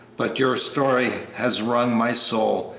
but your story has wrung my soul!